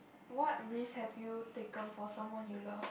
what risks have you taken for someone you love